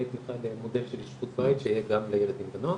תמיכה למודל של אשפוז בית שיהיה גם לילדים ונוער,